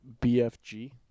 BFG